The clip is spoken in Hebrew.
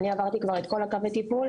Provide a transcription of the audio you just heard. אני עברתי כבר את כל קווי הטיפול,